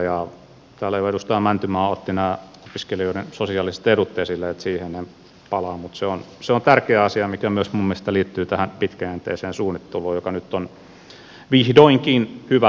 täällä jo edustaja mäntymaa otti nämä opiskelijoiden sosiaaliset edut esille niin että siihen en palaa mutta se on tärkeä asia mikä minun mielestäni liittyy myös tähän pitkäjänteiseen suunnitteluun joka nyt on vihdoinkin hyvällä alulla